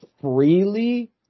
freely